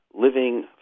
living